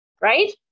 right